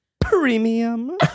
Premium